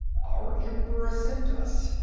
our emperor sent us.